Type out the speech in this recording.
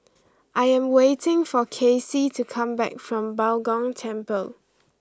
I am waiting for Kacey to come back from Bao Gong Temple